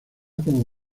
como